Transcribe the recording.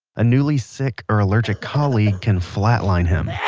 a newly sick or allergic colleague can flatline him.